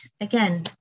again